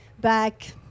back